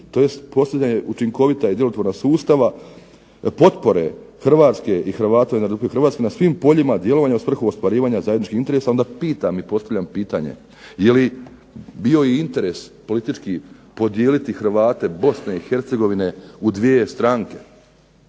tj. postizanje učinkovita i djelotvorna sustava potpore Hrvatske i Hrvata izvan Republike Hrvatska na svim poljima djelovanja u svrhu ostvarivanja zajedničkih interesa, onda pitam i postavljam pitanje je li bio i interes politički podijeliti Hrvate Bosne i Hercegovine u dvije stranke?